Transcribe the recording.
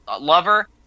lover –